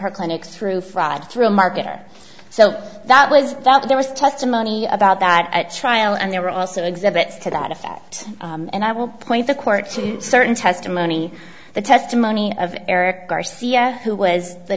her clinic through fraud through marketa so that was that there was testimony about that at trial and there were also exhibits to that effect and i will point the court to certain testimony the testimony of erik garcia who was the